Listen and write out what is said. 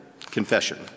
confession